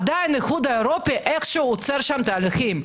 עדיין האיחוד האירופי איכשהו עוצר שם תהליכים.